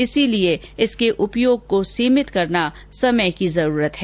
इसलिए इसके उपयोग को सीमित करना समय की जरूरत है